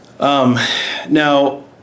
Now